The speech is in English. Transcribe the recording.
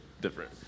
different